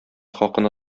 хакына